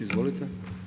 Izvolite.